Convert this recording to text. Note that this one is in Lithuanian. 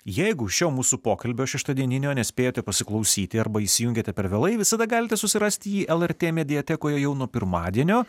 jeigu šio mūsų pokalbio šeštadieninio nespėjate pasiklausyti arba įsijungiate per vėlai visada galite susirasti jį lrt mediatekoje jau nuo pirmadienio